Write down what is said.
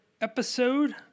episode